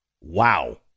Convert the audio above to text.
Wow